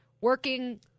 working